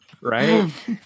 right